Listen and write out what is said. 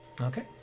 Okay